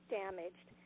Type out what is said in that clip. damaged